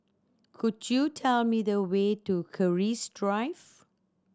could you tell me the way to Keris Drive